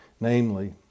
namely